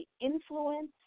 influence